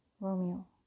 Romeo